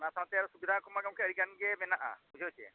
ᱚᱱᱟ ᱥᱟᱶᱛᱮ ᱥᱩᱵᱤᱫᱷᱦᱟ ᱠᱚᱢᱟ ᱜᱚᱢᱠᱮ ᱟᱹᱰᱤᱜᱟᱱ ᱜᱮ ᱢᱮᱱᱟᱜᱼᱟ ᱵᱩᱡᱷᱟᱹᱣ ᱥᱮ